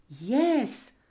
Yes